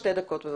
שתי דקות בבקשה.